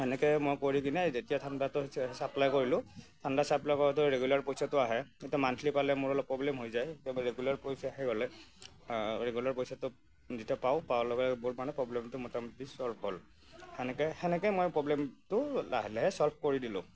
সেনেকৈ মই কৰি কিনে যেতিয়া ঠাণ্ডাটো চাপ্লাই কৰিলোঁ ঠাণ্ডা চাপ্লাই কৰোঁতে ৰেগুলাৰ পইচাটো আহে এতিয়া মাণ্ঠলী পালে মোৰ অলপ প্ৰব্লেম হৈ যায় ৰেগুলাৰ পইচা ৰেগুলাৰ পইচাটো যেতিয়া পাওঁ পোৱাৰ লগে লগে মোৰ মানে প্ৰব্লেমটো মোটামুটি চল্ভ হ'ল সেনেকৈ সেনেকৈ মই প্ৰব্লেমটো লাহে লাহে চ'ল্ভ কৰি দিলোঁ